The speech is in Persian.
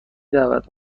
دعوت